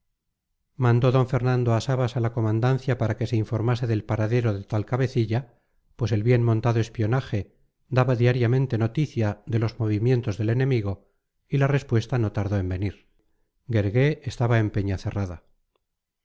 mandó d fernando a sabas a la comandancia para que se informase del paradero del tal cabecilla pues el bien montado espionaje daba diariamente noticia de los movimientos del enemigo y la respuesta no tardó en venir guergué estaba en